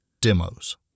Demos